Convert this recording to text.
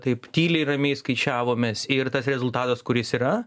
taip tyliai ramiai skaičiavomės ir tas rezultatas kuris yra